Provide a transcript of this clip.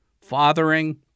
fathering